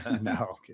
No